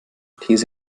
these